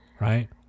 right